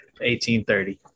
1830